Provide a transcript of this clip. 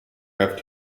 have